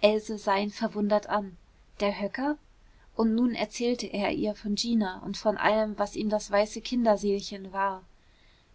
else sah ihn verwundert an der höcker und nun erzählte er ihr von gina und von allem was ihm das weiße kinderseelchen war